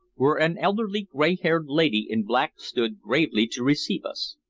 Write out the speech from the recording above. where an elderly gray-haired lady in black stood gravely to receive us.